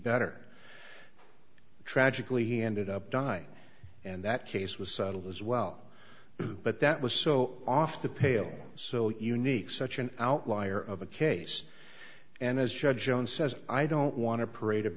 better tragically he ended up dying and that case was settled as well but that was so off the pale so unique such an outlier of a case and as judge jones says i don't want to parade of